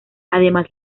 además